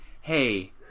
hey